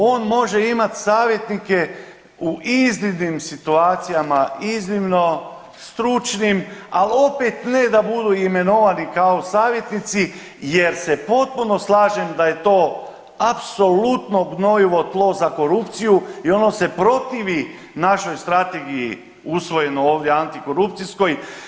On može imati savjetnike u iznimnim situacijama iznimno stručnim, ali opet ne da budu imenovani kao savjetnici jer se potpuno slažem da je to apsolutno gnojivo tlo za korupciju i ono se protivi našoj strategiji usvojenoj ovdje antikorupcijskoj.